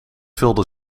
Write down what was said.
vulde